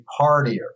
partier